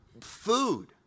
food